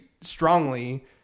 strongly